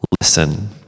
listen